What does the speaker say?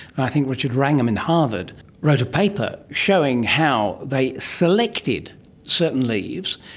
i think richard wrangham in harvard wrote a paper showing how they selected certain leaves,